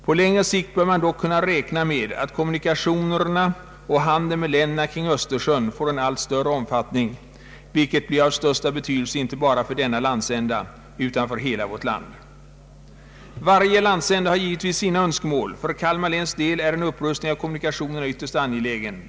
På längre sikt bör man dock kunna räkna med att kommunikationerna och handeln med länderna kring Östersjön får en allt större omfattning, vilket blir av utomordentlig betydelse inte bara för denna landsända utan för hela vårt land. Varje landsända har givetvis sina önskemål. För Kalmar läns del är en upprustning av kommunikationerna ytterst angelägen.